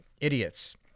idiots